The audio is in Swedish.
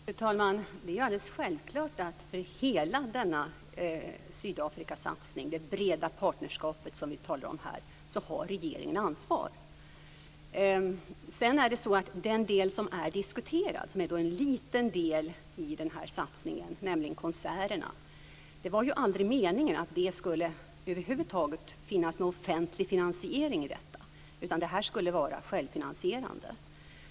Fru talman! Det är alldeles självklart att regeringen har ansvar för hela denna Sydafrikasatsning, det breda partnerskapet som vi talar om här. När det gäller den del som diskuteras, och som är en liten del i denna satsning, nämligen konserterna, var det aldrig meningen att det skulle finnas någon offentlig finansiering över huvud taget, utan den skulle vara självfinansierande.